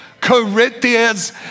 Corinthians